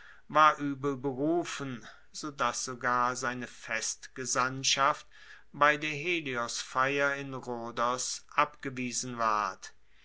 war uebel berufen so dass sogar seine festgesandtschaft bei der heliosfeier in rhodos abgewiesen ward